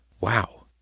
Wow